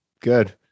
good